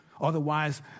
Otherwise